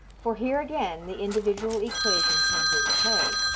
for here again the individual equation comes into play.